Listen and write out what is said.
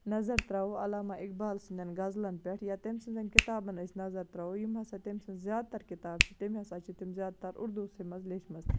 نظر ترٛاوَو علامہٕ اِقبال سٕنٛدین غزلَن پیٚٹھ یا تٔمۍ سٕنٛدین کِتابَن أسۍ نَظر ترٛاوَو یِم ہسا تٔمۍ سٕنزٕ زیادٕ تر کِتابہٕ چھِ تِم ہسا چھِ تِم زیادٕ تر اُردوسٕے منٛز لیٖچھمٕژ